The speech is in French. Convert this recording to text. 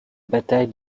bataille